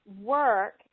work